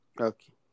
Okay